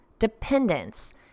dependence